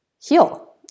heal